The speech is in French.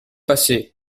passé